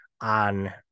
on